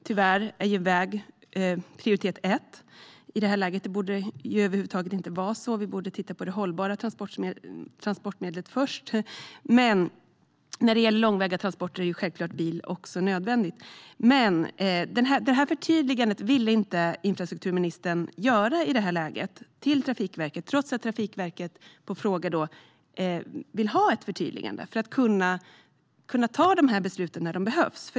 Tyvärr är ju väg prioritet ett i detta läge - det borde inte vara så, utan vi borde titta på det hållbara transportmedlet först, även om bil självklart är nödvändigt när det gäller långväga transporter. Infrastrukturministern ville inte göra ett sådant förtydligande till Trafikverket i detta läge, trots att Trafikverket vill ha ett förtydligande för att kunna ta dessa beslut när det behövs.